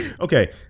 Okay